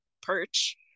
perch